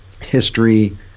history